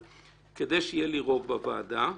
כדי שיהיה לי רוב בוועדה,